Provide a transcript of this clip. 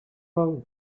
wrote